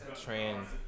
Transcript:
trans